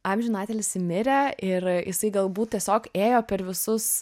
amžinatilsį mirė ir jisai galbūt tiesiog ėjo per visus